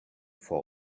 for